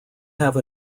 have